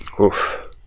Oof